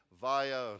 via